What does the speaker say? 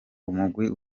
umugwi